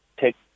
take